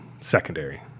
secondary